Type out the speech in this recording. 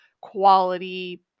quality